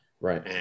right